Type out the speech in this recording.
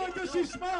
לתחומי התיירות,